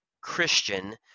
Christian